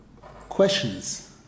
Questions